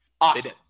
Awesome